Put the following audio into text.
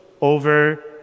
over